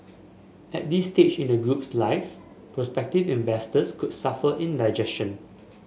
at this stage in the group's life prospective investors could suffer indigestion